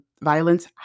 Violence